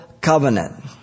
covenant